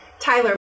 Tyler